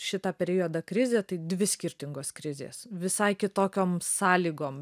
šitą periodą krizė tai dvi skirtingos krizės visai kitokiom sąlygom